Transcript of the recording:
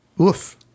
Oof